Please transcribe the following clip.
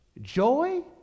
joy